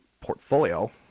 portfolio